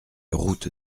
route